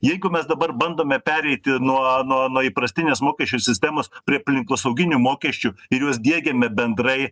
jeigu mes dabar bandome pereiti nuo nuo įprastinės mokesčių sistemos prie aplinkosauginių mokesčių ir juos diegiame bendrai